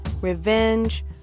revenge